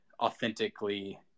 authentically